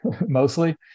mostly